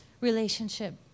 Relationship